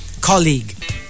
Colleague